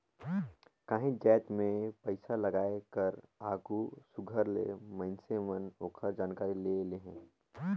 काहींच जाएत में पइसालगाए कर आघु सुग्घर ले मइनसे मन ओकर जानकारी ले लेहें